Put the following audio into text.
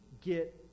get